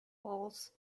falls